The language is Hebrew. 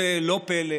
זה לא פלא,